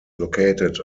located